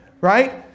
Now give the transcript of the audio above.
right